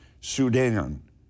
Sudan